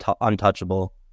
untouchable